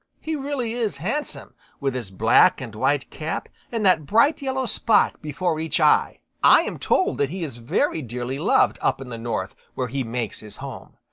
he really is handsome with his black and white cap and that bright yellow spot before each eye. i am told that he is very dearly loved up in the north where he makes his home.